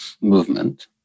movement